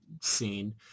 scene